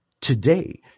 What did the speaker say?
today